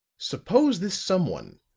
suppose this someone,